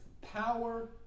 power